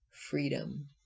Freedom